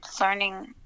learning